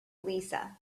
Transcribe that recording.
lisa